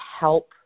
help